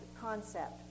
concept